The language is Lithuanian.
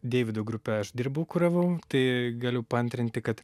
deivido grupe aš dirbau kuravau tai galiu paantrinti kad